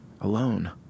alone